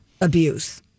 abuse